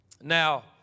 Now